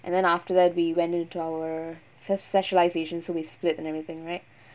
then after that we went to our sp~ specializations and so we split and everything right